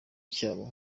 cyabo